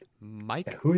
Mike